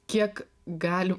kiek gali